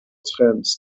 trends